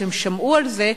ששמעו על זה,